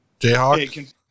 Jayhawk